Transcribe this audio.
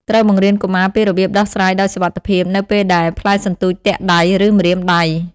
ត្រូវបង្រៀនកុមារពីរបៀបដោះស្រាយដោយសុវត្ថិភាព នៅពេលដែល ផ្លែសន្ទូចទាក់ដៃ ឬម្រាមដៃ។